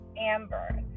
amber